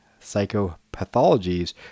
psychopathologies